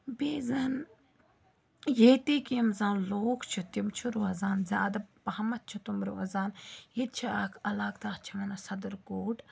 بیٚیہِ زَن ییٚتِکۍ یِم زَن لوٗکھ چھِ تِم چھِ روزان زیادٕ پَہمَتھ چھِ تٕم روزان ییٚتہِ چھِ اَکھ علاقہٕ تَتھ چھِ وَنان صدٕر کوٗٹ